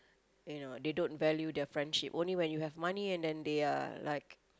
you know they don't value the friendship only when you have money and then they are like